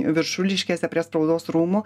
viršuliškėse prie spaudos rūmų